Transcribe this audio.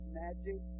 magic